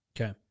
Okay